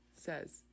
Says